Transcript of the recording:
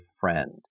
friend